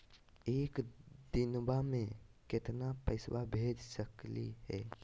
एक दिनवा मे केतना पैसवा भेज सकली हे?